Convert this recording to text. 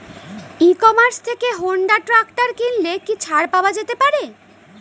E commerce থেকে Honda tractor কিনলে কি ছাড় পাওয়া যেতে পারে?